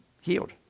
healed